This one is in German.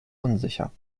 unsicher